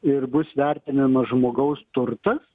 ir bus vertinamas žmogaus turtas